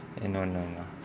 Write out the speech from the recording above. eh no no no